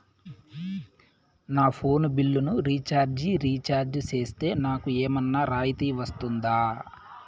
నా ఫోను బిల్లును recharge recharge సేస్తే, నాకు ఏమన్నా రాయితీ వస్తుందా?